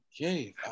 Okay